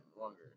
longer